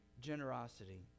generosity